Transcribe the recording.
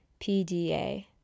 PDA